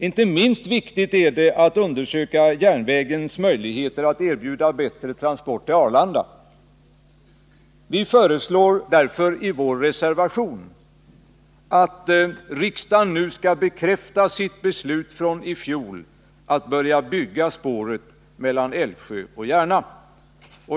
Inte minst viktigt är det att undersöka järnvägens Nr 139 möjligheter att erbjuda bättre transport till Arlanda. Vi föreslår därför i vår Torsdagen den reservation att riksdagen nu skall bekräfta sitt beslut från i fjol om att man —g maj 1980 skall börja bygga spåret mellan Älvsjö och Järna.